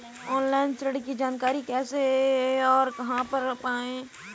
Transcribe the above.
Online ऋण की जानकारी कैसे और कहां पर करें?